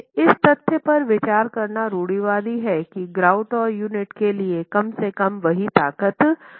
इस तथ्य पर विचार करना रूढ़िवादी है कि ग्राउट और यूनिट के लिए कम से कम वही ताकत आवश्यक है